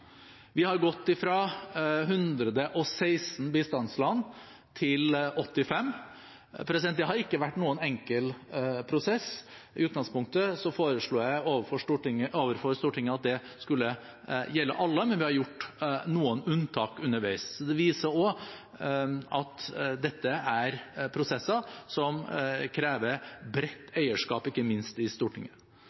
Vi har gått fra 116 bistandsland til 85. Det har ikke vært noen enkel prosess. I utgangspunktet foreslo jeg overfor Stortinget at det skulle gjelde alle, men vi har gjort noen unntak underveis. Det viser også at dette er prosesser som krever bredt eierskap, ikke minst i Stortinget.